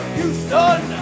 Houston